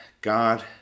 God